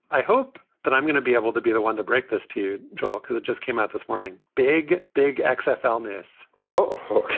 i hope that i'm going to be able to be the one to break this to you, josh, because it just came out this morning. big, big x. i found this oh, ok.